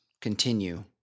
continue